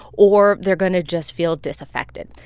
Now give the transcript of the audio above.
or they're going to just feel disaffected.